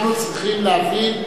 אנחנו צריכים להבין,